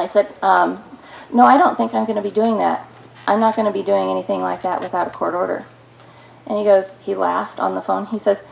i said no i don't think i'm going to be doing that i'm not going to be doing anything like that without a court order and he goes he laughed on the phone he says